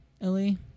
Ellie